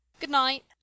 good-night